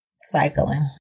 cycling